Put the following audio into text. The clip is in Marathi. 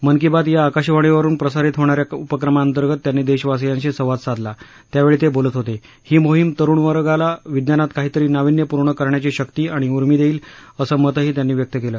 मन की बात या आकाशवाणीवरून प्रसारित होणा या उपक्रमांतर्गत त्यांनी देशवासीयांशी संवाद साधला त्यावेळी ते बोलत होते ही मोहीम तरुणवर्गाला विज्ञानात काहीतरी नाविन्यपूर्ण करण्याची शक्ती आणि उर्मी देईल असं मतही त्यानी व्यक्त केलं